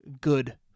good-